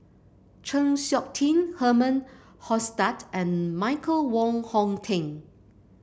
Chng Seok Tin Herman Hochstadt and Michael Wong Hong Teng